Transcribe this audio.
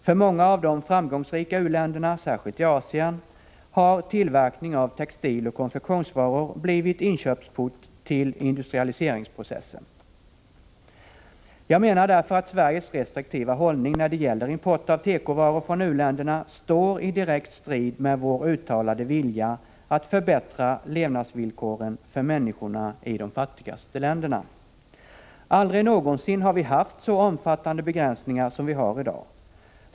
För många av de framgångsrika u-länderna — särskilt i Asien — har tillverkning av textiloch konfektionsvaror blivit inkörsport till industrialiseringsprocessen. Jag menar därför att Sveriges restriktiva hållning när det gäller import av tekovaror från u-länderna står i direkt strid med vår uttalade vilja att förbättra levnadsvillkoren för människorna i de fattigaste länderna. Aldrig någonsin har vi haft så omfattande begränsningar som vi har i dag.